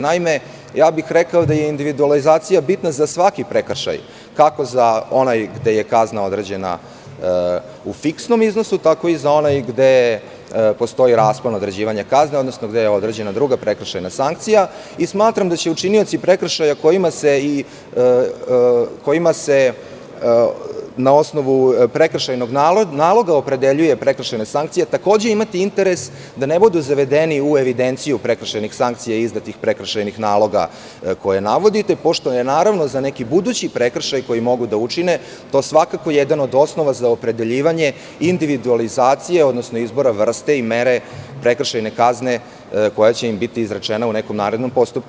Naime, rekao bih da je individualizacija bitna za svaki prekršaj, kako za onaj gde je kazna određena u fiksnom iznosu, tako i za onaj gde postoji raspon određivanja kazne, odnosno gde je određena druga prekršajna sankcija i smatram da će učinioci prekršaja kojima se na osnovu prekršajnog naloga opredeljuje prekršajna sankcija takođe imate interes da ne budu zavedeni u evidenciju prekršajnih sankcija i izdatih prekršajnih naloga koje navodite, pošto je, naravno, za neki budući prekršaj koji mogu da učine to svakako jedan od osnova za opredeljivanje individualizacije, odnosno izbora vrste i mere prekršajne kazne koja će im biti izrečena u nekom narednom postupku.